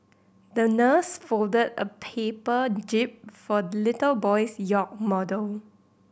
the nurse folded a paper jib for the little boy's yacht model